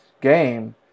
game